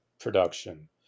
production